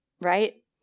right